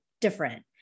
different